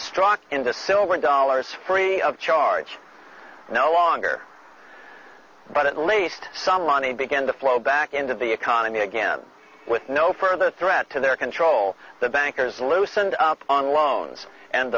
stock in the silver dollars free of charge no longer but at least some money began to flow back into the economy again with no further threat to their control the bankers loosened up on loans and